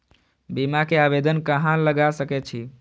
बीमा के आवेदन कहाँ लगा सके छी?